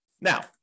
Now